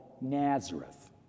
Nazareth